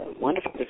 wonderful